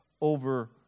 over